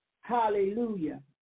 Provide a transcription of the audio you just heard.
Hallelujah